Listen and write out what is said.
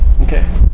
Okay